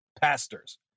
pastors